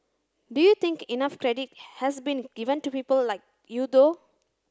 do you think enough credit has been given to people like you though